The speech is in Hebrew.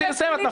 את מפריעה לי